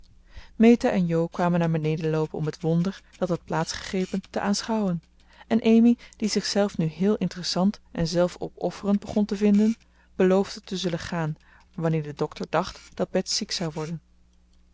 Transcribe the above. meta en jo kwamen naar beneden loopen om het wonder dat had plaats gegrepen te aanschouwen en amy die zichzelf nu heel interessant en zelfopofferend begon te vinden beloofde te zullen gaan wanneer de dokter dacht dat bets ziek zou worden